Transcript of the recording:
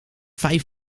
vijf